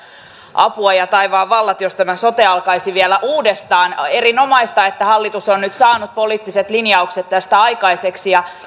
apua ja taivaan vallat jos tämä sote alkaisi vielä uudestaan erinomaista että hallitus on nyt saanut poliittiset linjaukset tästä aikaiseksi ja